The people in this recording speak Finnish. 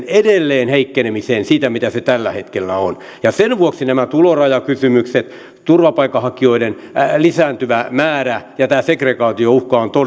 edelleenheikkenemiseen siitä mitä se tällä hetkellä on sen vuoksi nämä tulorajakysymykset turvapaikanhakijoiden lisääntyvä määrä ja tämä segregaatiouhka ovat